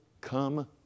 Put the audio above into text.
come